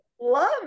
love